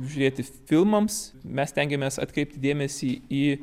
žiūrėti filmams mes stengiamės atkreipti dėmesį į